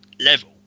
level